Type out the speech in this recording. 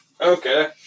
Okay